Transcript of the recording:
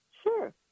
Sure